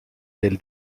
del